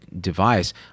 device